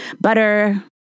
butter